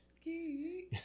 ski